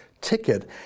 Ticket